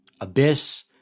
abyss